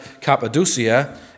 Cappadocia